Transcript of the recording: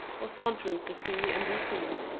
or sauntering to see and be seen,